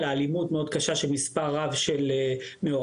אלא אלימות מאוד קשה של מספר רב של מעורבים.